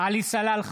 עלי סלאלחה,